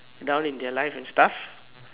down in their life and stuff